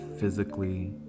physically